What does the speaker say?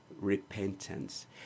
repentance